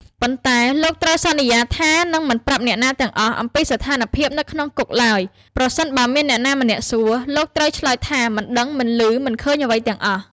ប៉ុន្តែ លោកត្រូវសន្យាថានឹងមិនប្រាប់អ្នកណាទាំងអស់អំពីស្ថានភាពនៅក្នុងគុកឡើយ ប្រសិនបើមានអ្នកណាម្នាក់សួរ លោកត្រូវឆ្លើយថា មិនដឹង មិនឮ មិនឃើញអ្វីទាំងអស់។